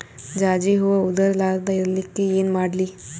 ಜಾಜಿ ಹೂವ ಉದರ್ ಲಾರದ ಇರಲಿಕ್ಕಿ ಏನ ಮಾಡ್ಲಿ?